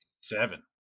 seven